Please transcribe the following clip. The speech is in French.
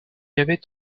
avait